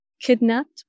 kidnapped